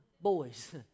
Boys